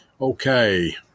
Okay